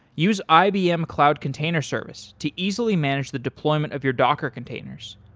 use ibm cloud container service to easily manage the deployment of your docker containers.